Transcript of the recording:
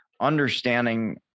understanding